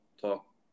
talk